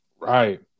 Right